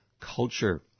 culture